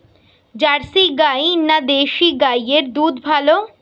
Jersey গাই না দেশী গাইয়ের দুধ ভালো?